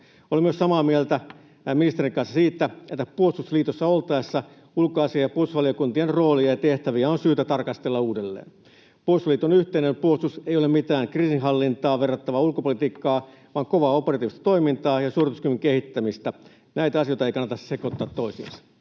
Olen myös samaa mieltä ministerin kanssa siitä, että puolustusliitossa oltaessa ulkoasiain- ja puolustusvaliokuntien roolia ja tehtäviä on syytä tarkastella uudelleen. Puolustusliiton yhteinen puolustus ei ole mitään kriisinhallintaan verrattavaa ulkopolitiikkaa vaan kovaa operatiivista toimintaa ja suorituskyvyn kehittämistä. Näitä asioita ei kannata sekoittaa toisiinsa.